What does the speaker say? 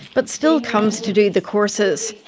but still comes to do the courses.